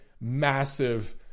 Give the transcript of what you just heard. massive